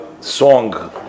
song